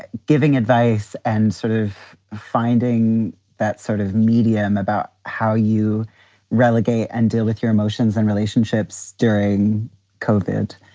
and giving advice and sort of finding that sort of medium about how you relegate and deal with your emotions and relationships during kodet.